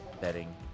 Betting